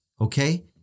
okay